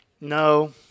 No